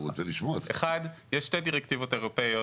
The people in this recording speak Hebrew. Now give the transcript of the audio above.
יש שתי דירקטיבות אירופאיות.